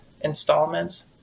installments